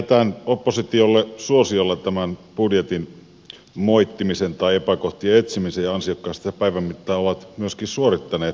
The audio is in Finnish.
jätän oppositiolle suosiolla tämän budjetin moittimisen tai epäkohtien etsimisen ja ansiokkaasti he sitä päivän mittaan ovat myöskin suorittaneet